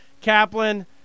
Kaplan